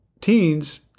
teens